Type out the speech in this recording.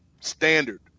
standard